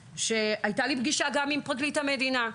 הייתה לי פגישה גם עם פרקליט המדינה.